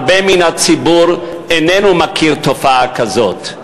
הרבה מן הציבור איננו מכיר תופעה כזאת,